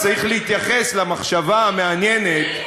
צריך להתייחס למחשבה המעניינת,